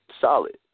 solid